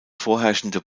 vorherrschende